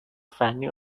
فنی